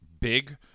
big